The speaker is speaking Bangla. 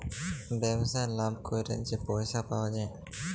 ব্যবসায় লাভ ক্যইরে যে পইসা পাউয়া যায়